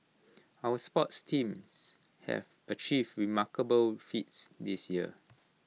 our sports teams have achieved remarkable feats this year